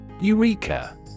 Eureka